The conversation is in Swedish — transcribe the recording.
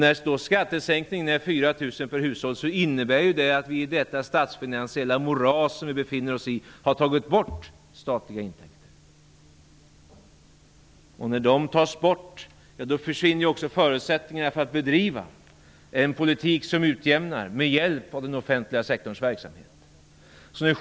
När skattesänkningen motsvarar 4 000 kr per hushåll innebär det ju att vi i det statsfinansiella moras som vi befinner oss i har tagit bort statliga intäkter, och när de tas bort försvinner också förutsättningarna för att bedriva en politik som utjämnar med hjälp av den offentliga sektorns verksamhet.